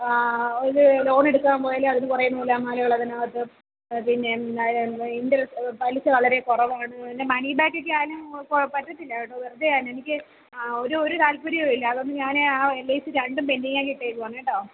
ഇത് ലോണെടുക്കാൻ പോയാല് അതിന് കുറേ നൂലാമാലകള് അതിനകത്ത് പിന്നെ അത് പിന്നെ ഇൻ്റെൽ പലിശ വളരേ കുറവാണ് പിന്നെ മണീബേക്കെക്കെ ആയാലും പറ്റത്തില്ല കേട്ടോ വെറുതെയാണെനിക്ക് ഒരു ഒരു താൽപര്യവുമില്ല അതുകൊണ്ട് ഞാന് ആ എൽ ഐ സി രണ്ടും പെൻ്റിങ്ങാക്കി ഇട്ടേക്കുവാ കേട്ടോ